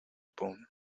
pon